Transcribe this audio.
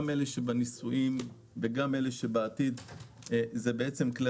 גם אלה שבניסויים וגם אלה העתידיים אלה בעצם כלי